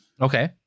Okay